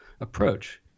approach